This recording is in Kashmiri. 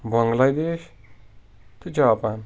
بنگلادیش تہٕ جاپان